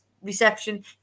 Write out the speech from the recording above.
reception